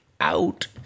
out